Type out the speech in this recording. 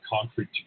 concrete